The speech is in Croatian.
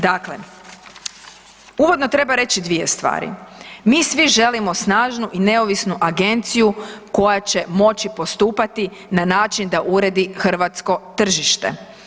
Dakle, uvodno treba reći dvije stvari, mi svi želimo snažnu i neovisnu agenciju koja će moći postupati na način da uredi hrvatsko tržište.